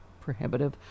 prohibitive